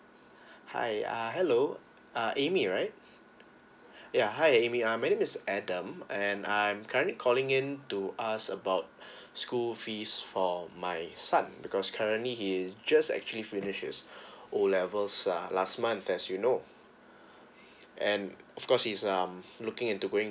hi err hello uh amy right ya hi amy uh my name is adam and I'm currently calling in to ask about school fees for my son because currently he just actually finishes his O levels ah last month as you know and of course he's um looking into going